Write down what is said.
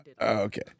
okay